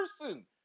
person